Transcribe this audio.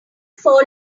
fall